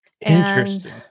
Interesting